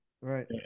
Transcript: right